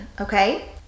okay